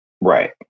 Right